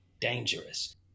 dangerous